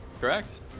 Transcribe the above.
correct